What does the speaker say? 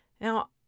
Now